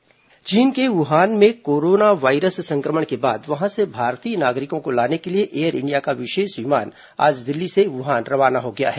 corona virus चीन के Wuhan में कोरोना वायरस संक्रमण के बाद वहां से भारतीय नागरिकों को लाने के लिए एयर इंडिया का विशेष विमान आज दिल्ली से बुहान रवाना हो गया है